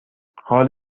حال